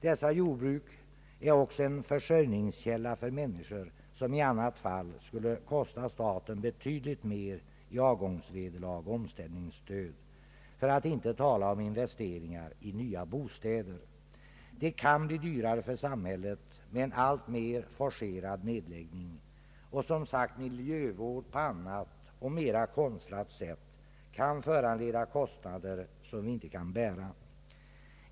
Dessa jordbruk är också en försörjningskälla för människor, som i annat fall skulle kosta staten betydligt mera i avgångsvederlag och omställningsstöd, för att inte tala om investeringar i nya bostäder. Det kan bli dyrare för samhället med en alltmer forcerad nedläggning. Miljövård på annat och mera konstlat sätt kan, som sagt, föranleda kostnader som vi inte kan bära.